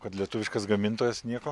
kad lietuviškas gamintojas nieko